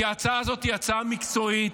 כי ההצעה הזאת היא הצעה מקצועית.